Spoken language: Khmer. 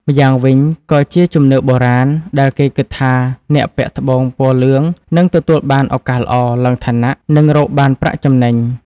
ម្យ៉ាងវិញក៏ជាជំនឿបុរាណ ដែលគេគិតថាអ្នកពាក់ត្បូងពណ៌លឿងនឹងទទួលបានឱកាសល្អ ឡើងឋានៈ និងរកបានប្រាក់ចំណេញ។